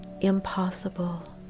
impossible